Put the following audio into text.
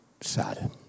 sad